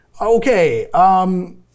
Okay